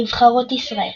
נבחרות ישראל